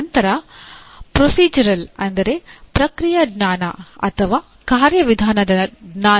ನಂತರ ಪ್ರೊಸೀಜರಲ್ ಅಥವಾ ಕಾರ್ಯವಿಧಾನದ ಜ್ಞಾನ